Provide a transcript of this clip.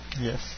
Yes